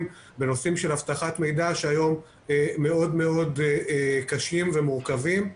ונושאים של אבטחת מידע שהיום מאוד מאוד קשים ומורכבים,